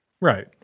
Right